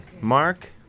Mark